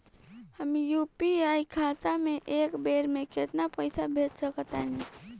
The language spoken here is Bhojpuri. हम यू.पी.आई खाता से एक बेर म केतना पइसा भेज सकऽ तानि?